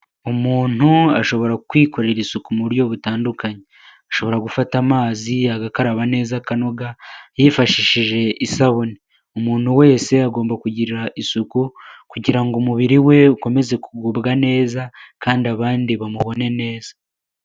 Umuntu ashobora kwikorera isuku mu buryo butandukanye ashobora gufata amazi agakaraba neza akanoga yifashishije isabune, umuntu wese agomba kugira isuku kugira ngo umubiri we ukomeze kugubwa neza kandi abandi bamubone neza.